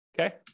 okay